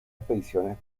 expediciones